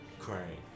crying